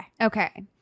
Okay